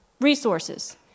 resources